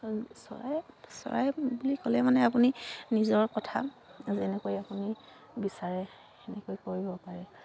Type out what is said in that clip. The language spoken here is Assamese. চৰাই চৰাই বুলি ক'লে মানে আপুনি নিজৰ কথা যেনেকৈ আপুনি বিচাৰে সেনেকৈ কৰিব পাৰে